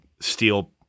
steel